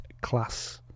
class